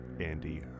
Andy